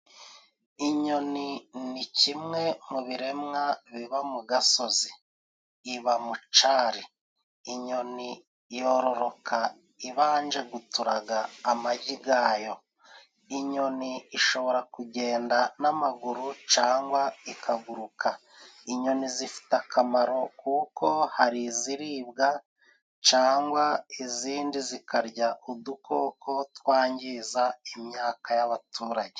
Inyoni ni kimwe mu biremwa biba mu gasozi. Iba mu cari. Inyoni yororoka ibanje guturaga amagi gayo. Inyoni ishobora kugenda n'amaguru cangawa ikaguruka. Inyoni zifite akamaro kuko hari iziribwa cangwa izindi zikarya udukoko twangiza imyaka y'abaturage.